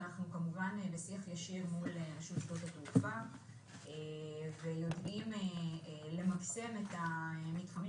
אנחנו בשיח ישיר מול רשות שדות התעופה ויודעים למקסם את המתחמים